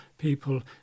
People